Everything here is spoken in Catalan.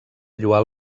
lloar